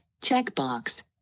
checkbox